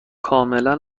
کاملا